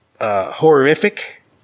horrific